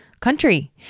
country